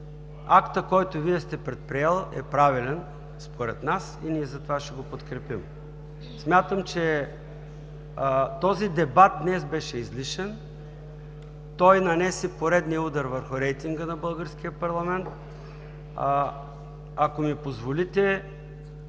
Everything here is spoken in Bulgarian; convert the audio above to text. актът, който Вие сте предприел, е правилен според нас и затова ще го подкрепим. Смятам, че този дебат днес беше излишен, той нанесе поредния удар върху рейтинга на българския парламент. Ако ми позволите